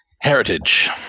heritage